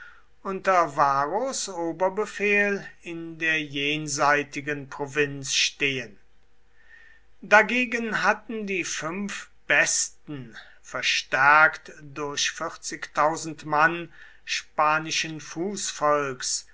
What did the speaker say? unter varros oberbefehl in der jenseitigen provinz stehen dagegen hatten die fünf besten verstärkt durch mann spanischen fußvolks